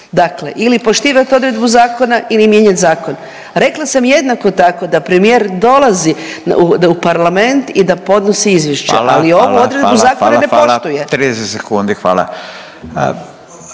dakle ili poštivat odredbu zakona ili mijenjat zakon. Rekla sam jednako tako da premijer dolazi u parlament i da podnosi izvješće…/Upadica Radin: Hvala, hvala, hvala, hvala,